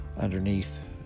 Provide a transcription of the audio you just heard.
underneath